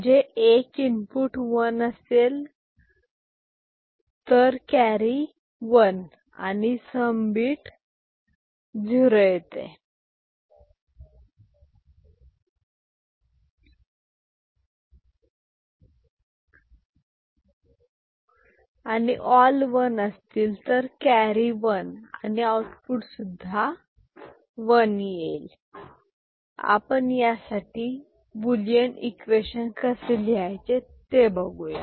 म्हणजे एक input one असेल तर कॅरी वन आणि सम बिट झिरो येते आणि ऑल वन असतील तर कॅरी वन आणि आऊटपुट सुद्धा वन येते आपण यासाठी बुलियन इक्वेशन कसे लिहायचे ते बघूया